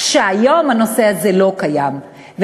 שהיום הנושא הזה לא קיים.